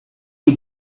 you